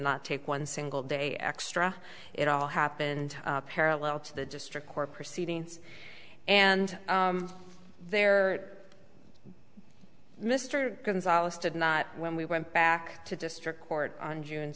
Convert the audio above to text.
not take one single day extra it all happened parallel to the district court proceedings and there mr gonzalez did not when we went back to district court on june